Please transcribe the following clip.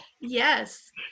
yes